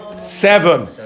Seven